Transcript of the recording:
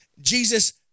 Jesus